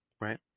Right